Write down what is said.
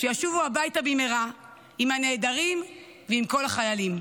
שישובו הביתה במהרה, עם הנעדרים ועם כל החיילים.